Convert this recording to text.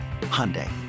Hyundai